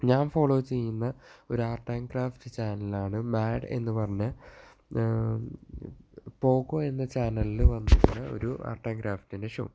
ഞാൻ ഫോളോ ചെയ്യുന്ന ഒരാർട്ട് ആൻഡ് ക്രാഫ്റ്റ് ചാനലാണ് മാഡ് എന്നുപറഞ്ഞ പോഗോ എന്ന ചാനലിൽ വന്നിരുന്ന ഒരു ആർട്ട് ആൻഡ് ഗ്രാഫിൻ്റെ ഷൂട്ട്